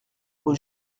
rue